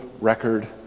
record